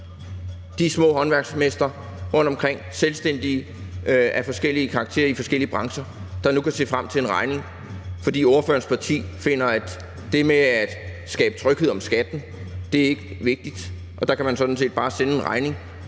de små håndværksmestre rundtomkring, selvstændige af forskellig karakter i forskellige brancher, der nu kan se frem til en regning, fordi ordførerens parti finder, at det med at skabe tryghed om skatten ikke er vigtigt; at man sådan set bare kan sende en regning,